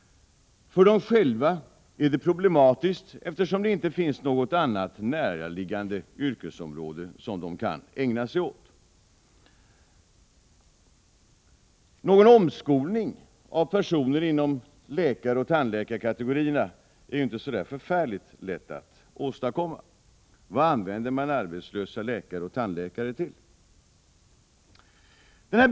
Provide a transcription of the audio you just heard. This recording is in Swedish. För dem själva är det problematiskt, eftersom det inte finns något näraliggande yrkesområde som de skulle kunna ägna sig åt. Någon omskolning av personer inom läkaroch tandläkarkategorierna är inte så där förfärligt lätt att åstadkomma. Vad använder man arbetslösa läkare och tandläkare till?